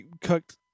cooked